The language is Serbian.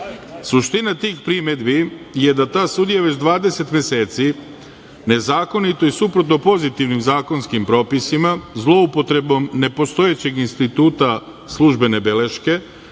Suština tih primedbi je da ta sudija već 20 meseci nezakonito i suprotno pozitivnim zakonskim propisima, zloupotrebom nepostojećeg instituta službene beleške